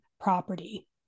property